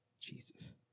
Jesus